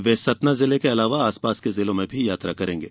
वे सतना जिले के अलावा आसपास के जिलों में भी यात्रा करेंगे